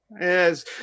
Yes